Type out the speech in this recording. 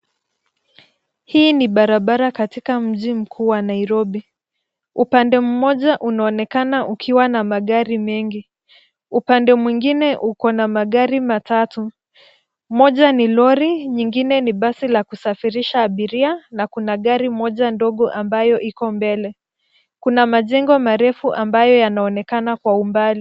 Hii ni barabara katika mji mkuu wa Nairobi. Upande mmoja unaonekana ukiwa na magari mengi. Upande mwingine ukona magari matatu. Moja ni lori, nyingine ni basi la kusafirisha abiria na kuna gari moja ndogo ambayo iko mbele. Kuna majengo marefu ambayo yanaonekana kwa umbali.